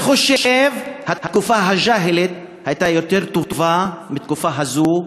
אני חושב שהתקופה הג'אהילית הייתה יותר טובה מהתקופה הזאת,